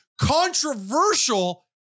controversial